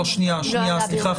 כן --- סליחה,